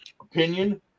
opinion